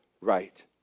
right